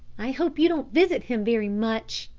i hope you don't visit him very much,